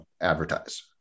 advertise